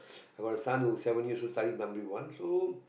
I got a son who seven years starting primary one so